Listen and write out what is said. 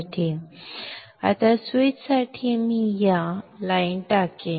आता स्विचसाठी मी या ओळी टाकेन